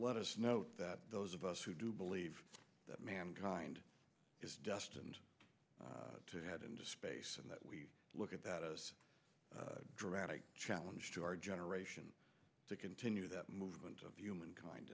let us note that those of us who do believe that mankind is destined to head into space and that we look at that as a dramatic challenge to our generation to continue that movement of human kind